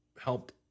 help